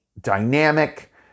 dynamic